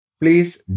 Please